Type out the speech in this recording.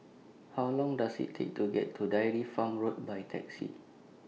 How Long Does IT Take to get to Dairy Farm Road By Taxi